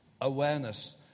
awareness